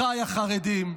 אחיי החרדים: